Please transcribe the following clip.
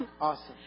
Awesome